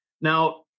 Now